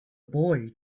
boy